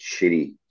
shitty